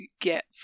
get